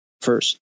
first